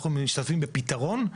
אנחנו משתתפים בפתרון.